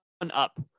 Up